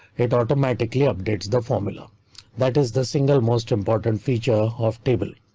it automatically updates the formula that is the single most important feature of table.